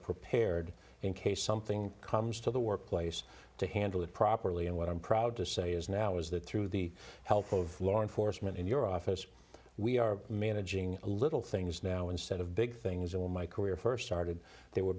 prepared in case something comes to the workplace to handle it properly and what i'm proud to say is now is that through the help of law enforcement in your office we are managing a little things now instead of big things all my career first started they were